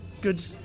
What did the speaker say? good